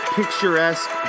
picturesque